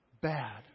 bad